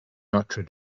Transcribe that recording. notre